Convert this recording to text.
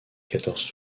quatorze